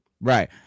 Right